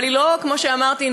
אבל כמו שאמרתי,